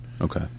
Okay